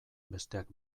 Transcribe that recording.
besteak